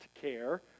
care